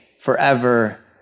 forever